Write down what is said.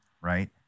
right